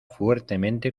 fuertemente